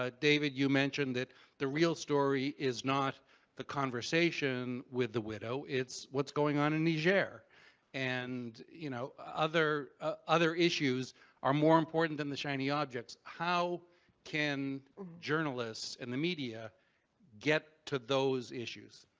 ah david, you mentioned that the real story is not the conversation with the widow, it's what's going on in niger and you know, other ah other issues are more important than the shiny objects. how can journalists and the media get to those issues?